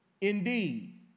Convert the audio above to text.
Indeed